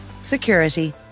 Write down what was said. security